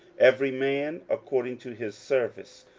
every man according to his service,